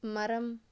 மரம்